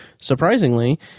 surprisingly